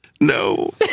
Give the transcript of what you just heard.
no